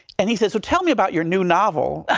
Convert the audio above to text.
and he says, tell me about your new novel.